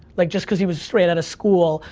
like, just cause he was straight outta school,